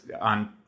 on